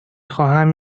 خواهم